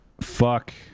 Fuck